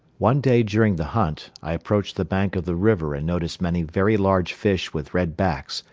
one day during the hunt, i approached the bank of the river and noticed many very large fish with red backs,